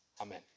Amen